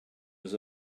was